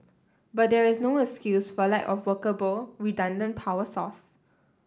but there is no excuse for lack of workable redundant power source